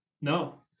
No